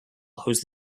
whose